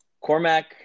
Cormac